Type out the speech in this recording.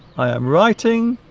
i am writing